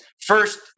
first